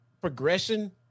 progression